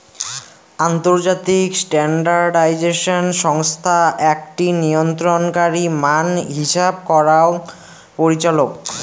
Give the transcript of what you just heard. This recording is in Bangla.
আন্তর্জাতিক স্ট্যান্ডার্ডাইজেশন সংস্থা আকটি নিয়ন্ত্রণকারী মান হিছাব করাং পরিচালক